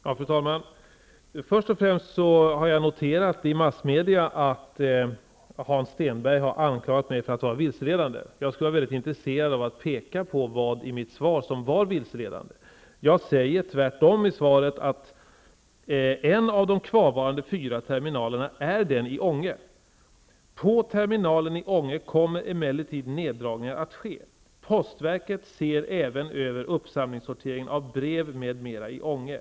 Fru talman! Först och främst har jag noterat i massmedia att Hans Stenberg har anklagat mig för att vara vilseledande. Jag skulle vara intresserad av att få veta vad som är vilseledande i mitt svar. Där står det att en av de fyra kvarvarande terminalerna är den i Ånge. På terminalen i Ånge kommer emellertid neddragningar att ske. Postverket ser även över uppsamling och sortering av brev m.m. i Ånge.